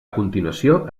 continuació